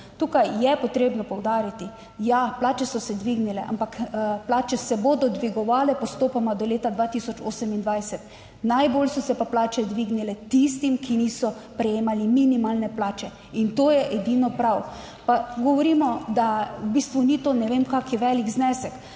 Tukaj je potrebno poudariti, ja, plače so se dvignile, ampak plače se bodo dvigovale postopoma do leta 2028, najbolj so se pa plače dvignile tistim, ki niso prejemali minimalne plače in to je edino prav. Pa govorimo, da v bistvu ni to ne vem kakšen velik znesek,